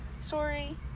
story